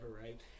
right